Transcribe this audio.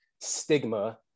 stigma